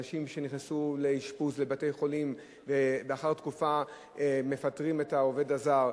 אנשים שנכנסו לאשפוז בבתי-חולים ולאחר תקופה מפטרים את העובד הזר.